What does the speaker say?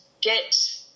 get